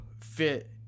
fit